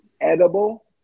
Edible